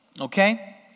okay